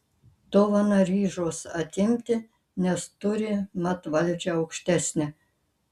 dovaną ryžos atimti nes turi mat valdžią aukštesnę